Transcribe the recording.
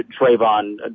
Trayvon